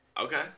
Okay